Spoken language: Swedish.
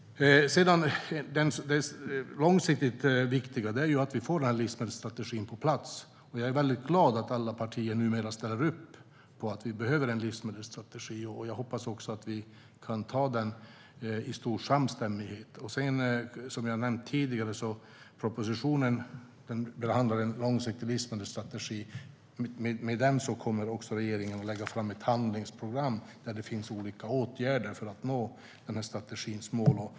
Det långsiktigt viktiga är att vi får livsmedelsstrategin på plats. Jag är väldigt glad att alla partier numera ställer upp på att vi behöver en livsmedelsstrategi, och jag hoppas att vi kan anta den i stor samstämmighet. Som jag har nämnt tidigare behandlar propositionen en långsiktig livsmedelsstrategi, och med den kommer regeringen även att lägga fram ett förslag till ett handlingsprogram där det finns olika åtgärder för att nå strategins mål.